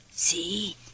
See